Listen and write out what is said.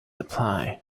apply